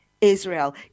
Israel